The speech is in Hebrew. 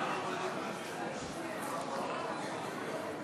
משגע אותי --- הצעת חוק מימון מפלגות (תיקון,